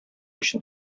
өчен